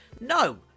No